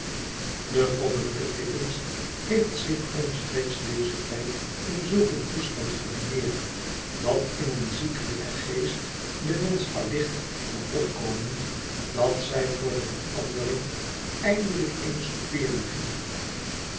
de goddelijke tippins heeft zich omstreeks dezen tijd in zulk een toestand gedineerd dat in een ziekelijken geest de wensch allicht kon opkomen dat zij voor de verandering eindelijk eens soupeeren ging